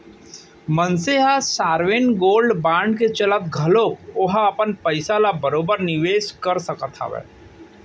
मनसे ह sovereign gold bond के चलत घलोक ओहा अपन पइसा ल बरोबर निवेस कर सकत हावय